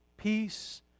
Peace